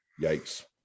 Yikes